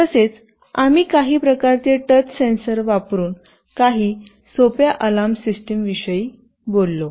तसेच आम्ही काही प्रकारचे टच सेन्सर वापरुन काही सोप्या अलार्म सिस्टिम विषयी बोललो